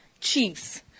chiefs